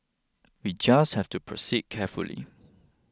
we just have to proceed carefully